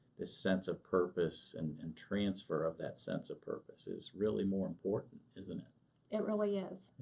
this sense of purpose and and transfer of that sense of purpose is really more important, isn't it? it really is.